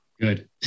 good